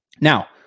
Now